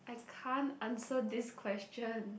I can't answer this question